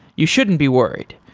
you shouldn't be worried.